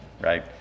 right